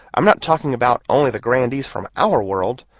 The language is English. i'm not talking about only the grandees from our world,